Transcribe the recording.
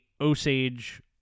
Osage